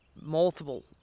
multiple